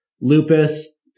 lupus